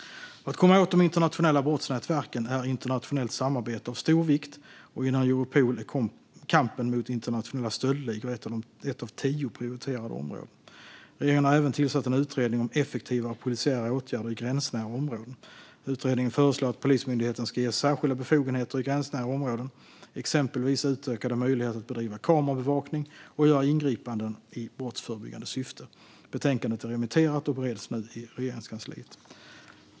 För att komma åt de internationella brottsnätverken är internationellt samarbete av stor vikt, och inom Europol är kampen mot internationella stöldligor ett av tio prioriterade områden. Regeringen har även tillsatt en utredning om effektivare polisiära åtgärder i gränsnära områden. Utredningen föreslår att Polismyndigheten ska ges särskilda befogenheter i gränsnära områden, exempelvis utökade möjligheter att bedriva kamerabevakning och göra ingripanden i brottsförebyggande syfte. Betänkandet är remitterat och bereds nu i Regeringskansliet.